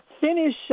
finish